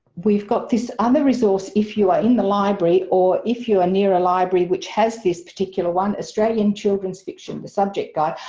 we've got this other resource if you are in the library or if you are near a library which has this particular one australian children's fiction the subject guide.